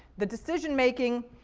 the decision making